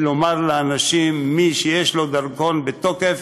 לומר לאנשים: מי שיש לו דרכון בתוקף,